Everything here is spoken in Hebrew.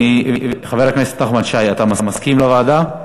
חבר הכנסת נחמן שי, אתה מסכים לוועדה?